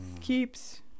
keeps